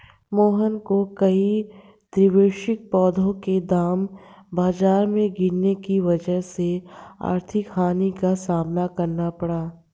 मोहन को कई द्विवार्षिक पौधों के दाम बाजार में गिरने की वजह से आर्थिक हानि का सामना करना पड़ा